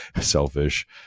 selfish